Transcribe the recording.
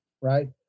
Right